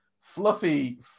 Fluffy